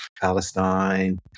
Palestine